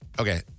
okay